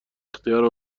اختیار